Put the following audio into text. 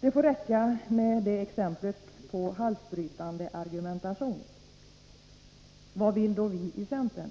Det får räcka med detta som exempel på halsbrytande argumentation. Vad vill då vi i centern?